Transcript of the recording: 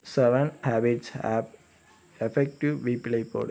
seven habits of effective பீப்பிளை போடு